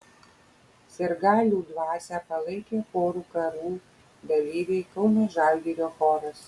sirgalių dvasią palaikė chorų karų dalyviai kauno žalgirio choras